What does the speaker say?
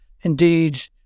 Indeed